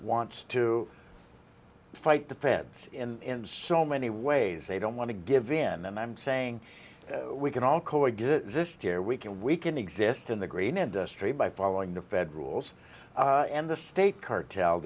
wants to fight the fence in so many ways they don't want to give in and i'm saying we can all coexist year we can we can exist in the green industry by following the fed rules and the state cartel